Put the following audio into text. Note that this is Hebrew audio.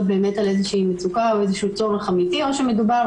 באמת על איזושהי מצוקה או איזשהו צורך אמיתי או שמדובר